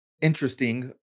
interesting